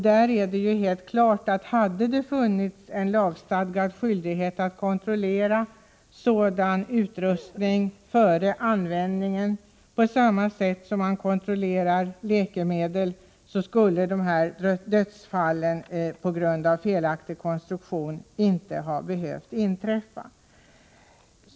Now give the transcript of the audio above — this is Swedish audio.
Det är helt klart, att hade det funnits en lagstadgad skyldighet att kontrollera sådan utrustning före användningen, på samma sätt som man kontrollerar läkemedel, skulle de här dödsfallen på grund av felaktig konstruktion inte ha behövt inträffa.